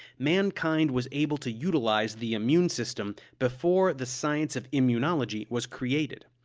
mankind was able to utilize the immune system before the science of immunology was created.